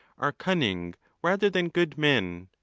are cunning rather than good men.